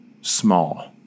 Small